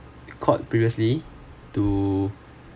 called previously to